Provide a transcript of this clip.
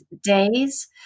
days